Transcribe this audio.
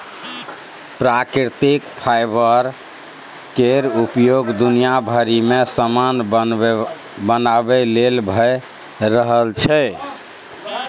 प्राकृतिक फाईबर केर उपयोग दुनिया भरि मे समान बनाबे लेल भए रहल छै